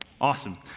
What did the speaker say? Awesome